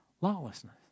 lawlessness